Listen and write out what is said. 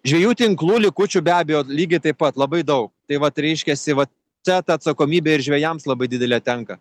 žvejų tinklų likučių be abejo lygiai taip pat labai daug tai vat reiškiasi vat čia ta atsakomybė ir žvejams labai didelė tenka